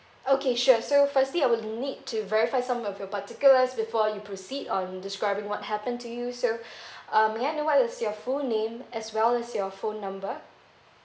okay sure so firstly I will need to verify some of your particulars before you proceed on describing what happened to you so uh may I know what is your full name as well as your phone number